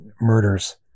murders